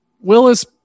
Willis